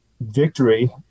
victory